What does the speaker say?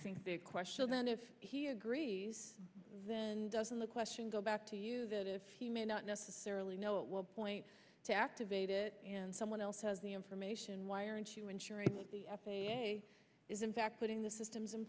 think the question then if he agrees then doesn't the question go back to you that if he may not necessarily know it will point to activate it and someone else has the information why aren't you ensuring the f a a is in fact putting the systems in